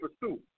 pursue